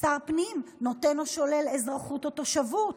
שר הפנים נותן או שולל אזרחות או תושבות.